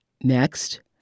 Next